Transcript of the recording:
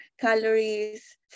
calories